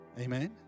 Amen